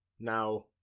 Now